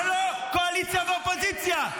זה לא קואליציה ואופוזיציה.